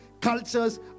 cultures